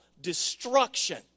destruction